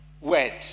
word